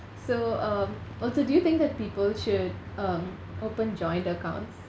so um also do you think that people should um open joint accounts